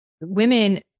Women